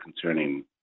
concerning